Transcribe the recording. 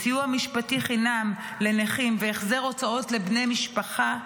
סיוע משפטי חינם לנכים והחזר הוצאות לבני משפחה,